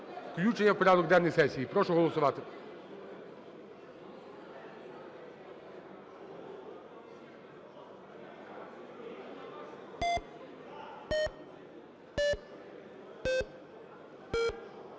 Включення в порядок денний сесії. Прошу голосувати.